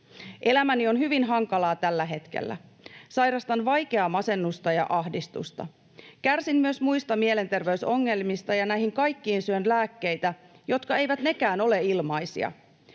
Elämäni on hyvin hankalaa tällä hetkellä. Sairastan vaikeaa masennusta ja ahdistusta. Kärsin myös muista mielenterveysongelmista, ja näihin kaikkiin syön lääkkeitä, jotka eivät nekään ole ilmaisia.